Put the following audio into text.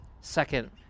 second